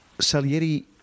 Salieri